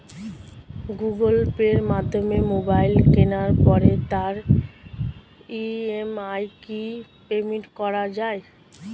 Google পের মাধ্যমে mobile কেনার পরে তার ই.এম.আই কি পেমেন্ট করা যায়?